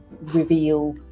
reveal